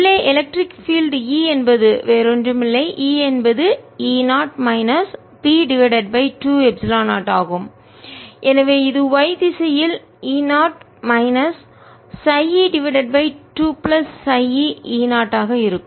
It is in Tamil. உள்ளே எலக்ட்ரிக் பீல்ட் E என்பது வேறொன்றுமில்லை E என்பது E 0 minus P divided by 2 எப்சிலன் 0 ஆகும் எனவே இது y திசையில் E 0 minus χ e divided by 2 plus χ e E 0 ஆக இருக்கும்